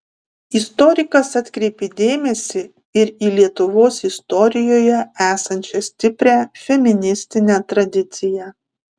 istorikas atkreipė dėmesį ir į lietuvos istorijoje esančią stiprią feministinę tradiciją